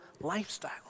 lifestyle